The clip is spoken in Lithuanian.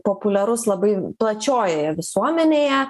populiarus labai plačiojoj visuomenėje